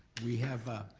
we have a